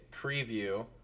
preview